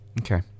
Okay